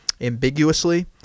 ambiguously